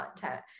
content